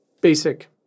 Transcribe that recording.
basic